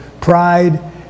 pride